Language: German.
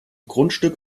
grundstück